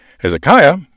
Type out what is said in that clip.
Hezekiah